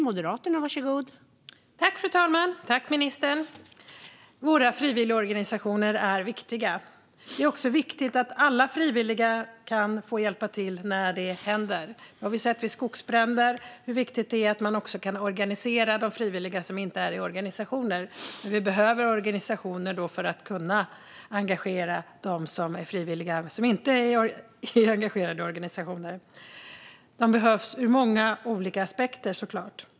Fru talman! Våra frivilligorganisationer är viktiga. Det är också viktigt att alla frivilliga får hjälpa till när något händer. Vid skogsbränder har vi sett hur viktigt det är att kunna organisera frivilliga som inte är med i organisationer. Då behöver vi organisationer som kan engagera de frivilliga som inte är med i organisationerna. De behövs ur många olika aspekter.